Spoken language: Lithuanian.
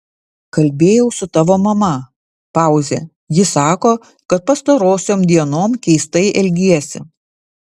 kalbėjau su tavo mama pauzė ji sako kad pastarosiom dienom keistai elgiesi